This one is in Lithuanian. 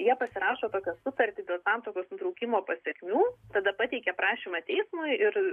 jie pasirašo tokią sutartį dėl santuokos nutraukimo pasekmių tada pateikia prašymą teismui ir